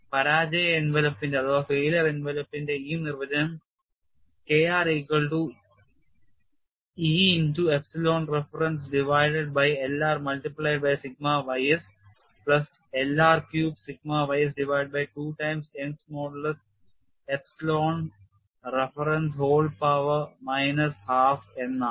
പരാജയ എൻവലപ്പിൻറെ ഈ നിർവ്വചനം K r equal to e into epsilon reference divided by L r multiplied by sigma ys plus L r cube sigma ys divided by 2 times Youngs modulus epsilon reference whole power minus half എന്നാണ്